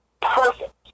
perfect